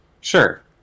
Sure